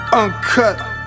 Uncut